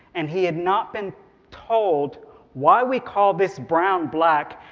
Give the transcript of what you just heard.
and he had not been told why we call this brown black,